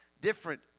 different